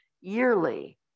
yearly